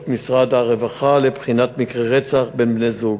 משרד הרווחה לבחינת מקרי רצח בין בני-זוג,